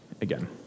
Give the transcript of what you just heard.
again